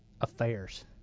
affairs